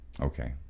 Okay